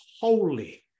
holy